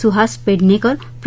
सुहास पेडणेकर प्र